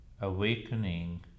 awakening